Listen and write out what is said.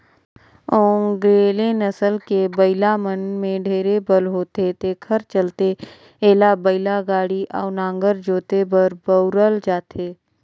ओन्गेले नसल के बइला मन में ढेरे बल होथे तेखर चलते एला बइलागाड़ी अउ नांगर जोते बर बउरल जाथे